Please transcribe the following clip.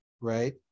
Right